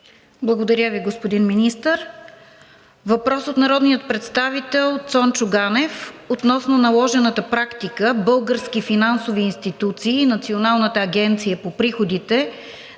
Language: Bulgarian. Благодаря Ви, господин Министър. Въпрос от народния представител Цончо Ганев относно наложена практика български финансови институции и Националната агенция по приходите